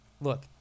look